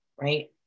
right